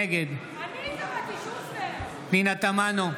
נגד פנינה תמנו,